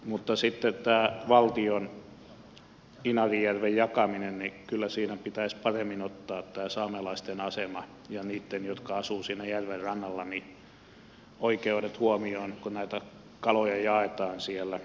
mutta sitten tässä valtion inarinjärven jakamisessa kyllä pitäisi paremmin ottaa tämä saamelaisten asema ja heidän jotka asuvat siinä järven rannalla oikeutensa huomioon kun kaloja jaetaan siellä